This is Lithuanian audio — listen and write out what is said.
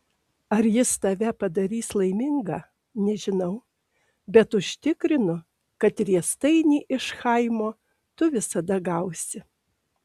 ar jis tave padarys laimingą nežinau bet užtikrinu kad riestainį iš chaimo tu visada gausi